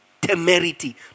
temerity